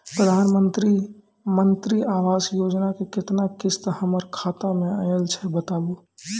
प्रधानमंत्री मंत्री आवास योजना के केतना किस्त हमर खाता मे आयल छै बताबू?